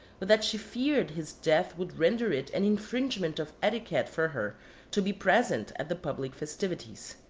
but that she feared his death would render it an infringement of etiquette for her to be present at the public festivities,